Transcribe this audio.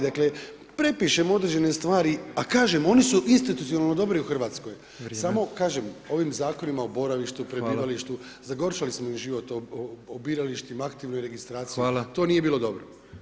Dakle, prepišemo određene stvari a kažem, oni su institucionalno dobri u Hrvatskoj, samo kažem, ovim zakonima o boravištu, prebivalištu, zagorčali smo im život o biralištima, aktivnoj registraciji, to nije bilo dobro.